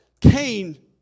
Cain